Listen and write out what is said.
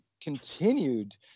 continued